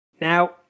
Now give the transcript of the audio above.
Now